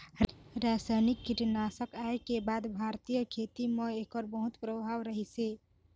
रासायनिक कीटनाशक आए के बाद भारतीय खेती म एकर बहुत प्रभाव रहीसे